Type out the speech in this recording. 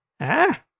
Ah